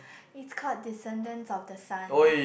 is called Descendants of the Sun